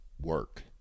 work